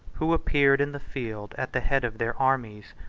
who appeared in the field at the head of their armies,